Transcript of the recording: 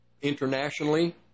internationally